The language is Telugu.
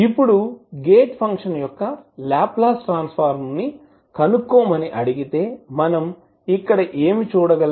ఇప్పుడు గేట్ ఫంక్షన్ యొక్క లాప్లాస్ ట్రాన్సఫార్మ్ ను కనుక్కోమని ఆడిగితే మనం ఇక్కడ ఏమి చూడగలం